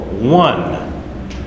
One